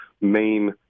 main